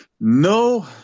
No